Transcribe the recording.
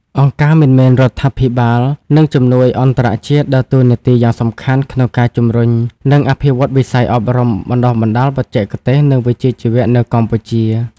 អង្គការមិនមែនរដ្ឋាភិបាល និងជំនួយអន្តរជាតិដើរតួនាទីយ៉ាងសំខាន់ក្នុងការជំរុញ និងអភិវឌ្ឍវិស័យអប់រំបណ្តុះបណ្តាលបច្ចេកទេស និងវិជ្ជាជីវៈ នៅកម្ពុជា។